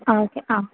ஆ okay ஆ